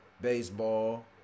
baseball